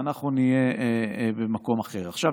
עכשיו,